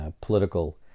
political